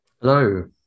Hello